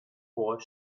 four